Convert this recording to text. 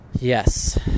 Yes